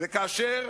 וכאשר